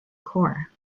core